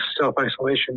self-isolation